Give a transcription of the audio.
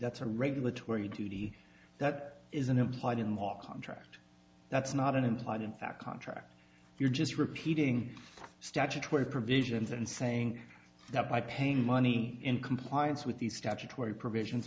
that's a regulatory duty that is an implied in walking tract that's not an implied in fact contract you're just repeating statutory provisions and saying that by paying money in compliance with the statutory provisions